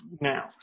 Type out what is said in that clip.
now